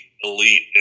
elite